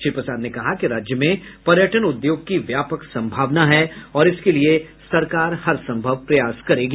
श्री प्रसाद ने कहा कि राज्य में पर्यटन उद्योग की व्यापक संभावना है और इसके लिए सरकार हर संभव प्रयास करेगी